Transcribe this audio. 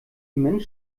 minh